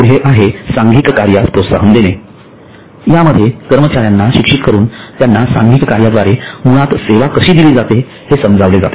पुढे आहे सांघिक कार्यास प्रोत्साहन देणे यामध्ये कर्मचाऱ्यांना शिक्षित करून त्यांना सांघिक कार्याद्वारे मुळात सेवा कशी दिली जाते हे समजावले जाते